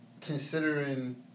considering